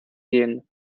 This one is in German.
gehen